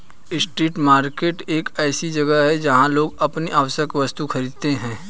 street market एक ऐसी जगह है जहां लोग अपनी आवश्यक वस्तुएं खरीदते हैं